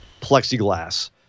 plexiglass